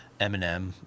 Eminem